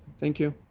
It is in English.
thank you.